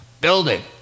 building